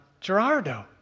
Gerardo